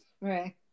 Right